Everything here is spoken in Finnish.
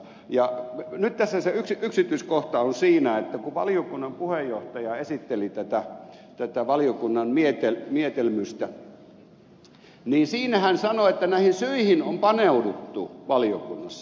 ja nyt tässä se yksityiskohta on siinä että kun valiokunnan puheenjohtaja esitteli tätä valiokunnan mietelmystä niin siinä hän sanoi että näihin syihin on paneuduttu valiokunnassa